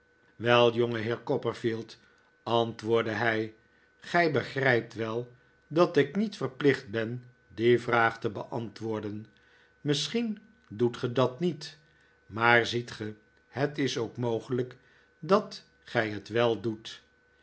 wel jongeheer copperfield antwoordde hij gij begrijpt wel dat ik niet verplicht ben die vraag te beantwoorden misschien doet ge dat niet maar ziet ge het is ook mogelijk dat gij het wel doet